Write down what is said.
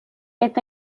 est